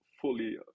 fully